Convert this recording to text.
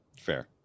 Fair